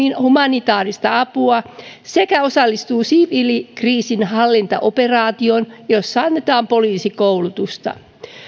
humanitaarista apua sekä osallistuu siviilikriisinhallintaoperaatioon jossa annetaan poliisikoulutusta